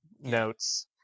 notes